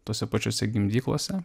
tose pačiose gimdyklose